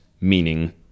meaning